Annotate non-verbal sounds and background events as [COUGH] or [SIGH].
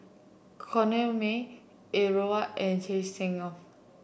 Corrinne May Er [UNINTELLIGIBLE] Alsagoff